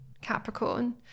Capricorn